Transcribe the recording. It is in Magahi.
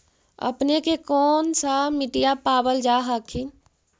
अपने के कौन सा मिट्टीया पाबल जा हखिन?